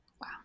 Wow